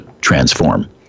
transform